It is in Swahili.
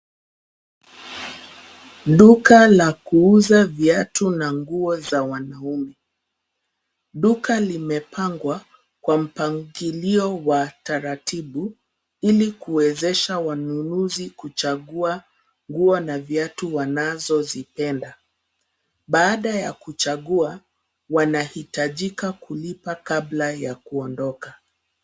Duka la kuuza viatu na nguo za wanaume. Duka limepangwa kwa mpangilio wa taratibu, ili kuwezesha wanunuzi kuchagua nguo na viatu wanazozipenda. Baada ya kuchagua, wanahitajika kulipa kabla ya kuondoka.